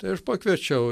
tai aš pakviečiau